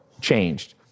changed